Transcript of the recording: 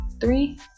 Three